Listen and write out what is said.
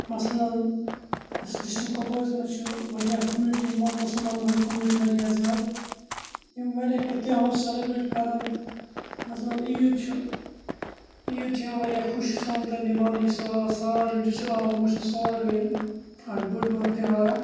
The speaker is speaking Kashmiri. مَثلاً ڈِسٹِرٛک کۄپوٲرِس منٛز چھِ واریاہ کوٚمنٹی مُسلمانَن ہٕنٛز کوٚمنٹی واریاہ زیادٕ یِم واریاہ کینٛہہ تیٚہوار چھِ سیٚلبریٹ کَران تہٕ مثلاً عیٖد چھُ عیٖد چھُ یِوان واریاہ خوشی سان تہٕ نِبانہٕ یُس ساروِیَن یہِ چھُ آلموسٹ سورویَن اَکھ بٔڑ بارٕ تہوارا اکھ